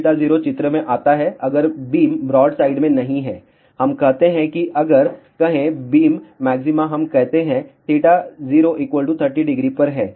Cos θ0 चित्र में आता है अगर बीम ब्रॉडसाइड में नहीं है हम कहते हैं कि अगर कहे बीम मॅक्सिमा हम कहते हैं θ0 300 पर हैं